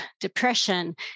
depression